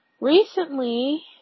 Recently